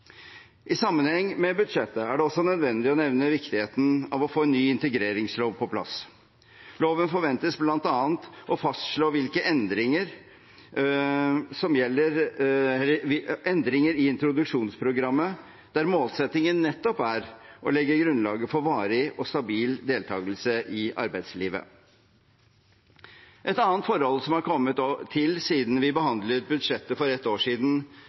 I sammenheng med budsjettet er det også nødvendig å nevne viktigheten av å få en ny integreringslov på plass. Loven forventes bl.a. å fastslå endringer i introduksjonsprogrammet, der målsettingen nettopp er å legge grunnlaget for varig og stabil deltakelse i arbeidslivet. Et annet forhold som er kommet til siden vi behandlet budsjettet for ett år siden,